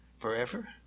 forever